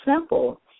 simple